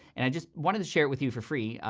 and just wanted to share with you for free,